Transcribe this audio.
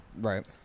Right